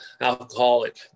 alcoholic